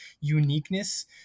uniqueness